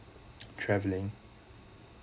travelling